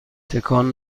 تکان